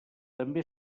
també